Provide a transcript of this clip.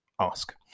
ask